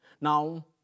now